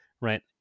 right